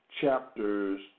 chapters